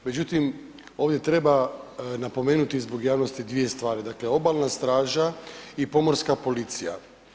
Međutim, ovdje treba napomenuti zbog javnosti dvije stvari, dakle obalna straža i pomorska policija.